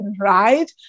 right